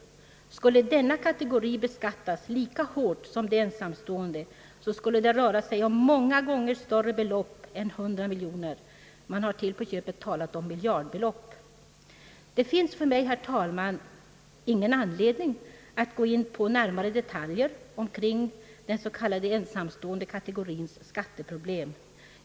Skulle denna kategori beskattas lika hårt som de ensamstående skulle det röra sig om många gånger större belopp än 100 miljoner kronor — man har t.o.m. talat om miljardbelopp. Det finns för mig, herr talman, ingen anledning att gå närmare in på detaljer omkring den s.k. ensamstående kategorins skatteproblem.